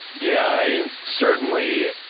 yeah. i mean, certainly,